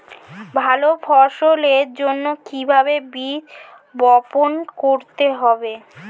ভালো ফসলের জন্য কিভাবে বীজ বপন করতে হবে?